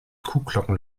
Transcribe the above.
kuhglocken